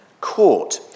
Court